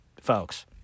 folks